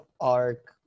arc